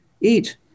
eat